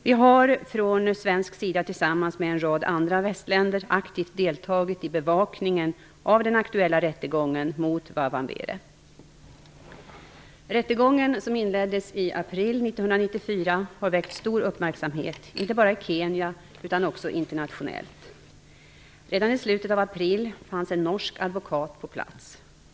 Vi har från svensk sida tillsammans med en rad andra västländer aktivt deltagit i bevakningen av den aktuella rättegången mot Wa Wamwere. Rättegången, som inleddes i april 1994, har väckt stor uppmärksamhet inte bara i Kenya utan också internationellt. Redan i slutet av april fanns en norsk advokat på plats.